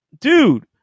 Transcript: dude